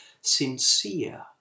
sincere